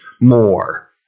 more